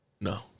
no